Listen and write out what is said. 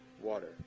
water